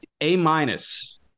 A-minus